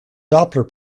doppler